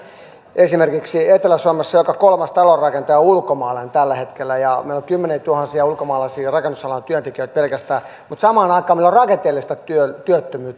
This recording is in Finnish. nimittäin esimerkiksi etelä suomessa joka kolmas talonrakentaja on ulkomaalainen tällä hetkellä meillä on kymmeniätuhansia ulkomaalaisia rakennusalan työntekijöitä pelkästään mutta samaan aikaan meillä on rakenteellista työttömyyttä